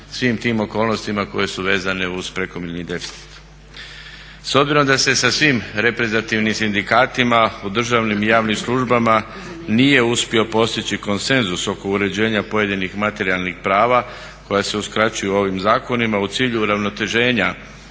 svim tim okolnostima koje su vezane uz prekomjerni deficit. S obzirom da se sa svim reprezentativnim sindikatima u državnim i javnim službama nije uspio postići konsenzus oko uređenja pojedinih materijalnih prava koja se uskraćuju ovim zakonima u cilju uravnoteženja